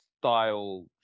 style